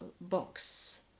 box